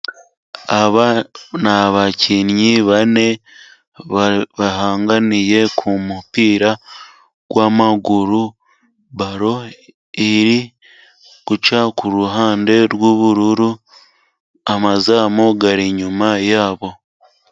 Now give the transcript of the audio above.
Aba ni abakinnyi bane bahanganiye kumupira w'amaguru baro iri guca kuruhande rw'ubururu amazamu ari inyuma yabo.